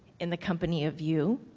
in the company of you,